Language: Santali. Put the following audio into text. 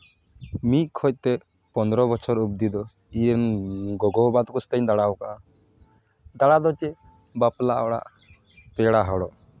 ᱢᱤᱫ ᱠᱷᱚᱡ ᱛᱮ ᱯᱚᱱᱮᱨᱚ ᱵᱚᱪᱷᱚᱨ ᱚᱵᱫᱤ ᱫᱚ ᱤᱧᱨᱮᱱ ᱜᱚᱜᱚᱼᱵᱟᱵᱟ ᱛᱟᱠᱚ ᱥᱟᱣᱛᱮᱧ ᱫᱟᱬᱟ ᱟᱠᱟᱫᱟ ᱫᱟᱬᱟ ᱫᱚ ᱪᱮᱫ ᱵᱟᱯᱞᱟ ᱚᱲᱟᱜ ᱯᱮᱲᱟ ᱦᱚᱲᱚᱜ